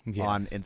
On